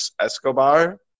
Escobar